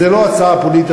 זה לא הצעה פוליטית,